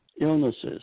illnesses